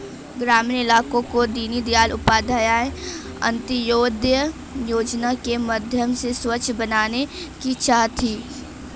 ग्रामीण इलाकों को दीनदयाल उपाध्याय अंत्योदय योजना के माध्यम से स्वच्छ बनाने की चाह थी